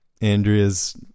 Andrea's